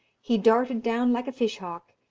he darted down like a fish-hawk,